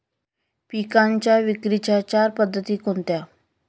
पिकांच्या विक्रीच्या चार पद्धती कोणत्या?